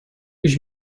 ich